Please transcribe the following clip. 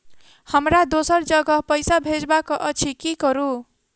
हमरा दोसर जगह पैसा भेजबाक अछि की करू?